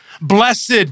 Blessed